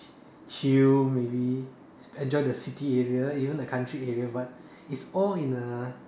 chill maybe enjoy the city area even the country area but is all in a